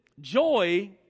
Joy